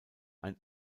ein